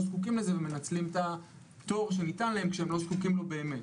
זקוקים לזה ומנצלים את הפטור שניתן להם כשהם לא זקוקים לו באמת.